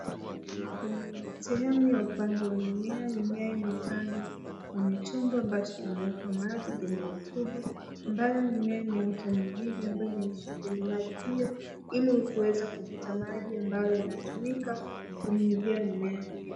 Kwenye sehemu ya upanzi wa mimea, mimea imepandwa kwenye chombo ambacho kimewekwa maji yenye rutuba ambapo mimea imeota mizizi ambayo imeingishwa kwenye maji hio ili kuweza kuvuta maji ambayo yanatumika kunyunyuzia mimea hio.